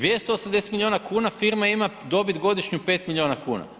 280 milijuna kuna firma ima dobit godišnju 5 milijuna kuna.